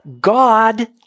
God